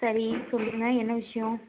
சரி சொல்லுங்க என்ன விஷயம்